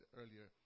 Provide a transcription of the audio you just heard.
earlier